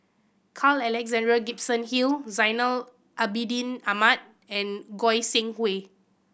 Carl Alexander Gibson Hill Zainal Abidin Ahmad and Goi Seng Hui